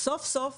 סוף-סוף